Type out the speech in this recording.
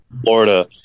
Florida